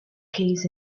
keys